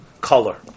color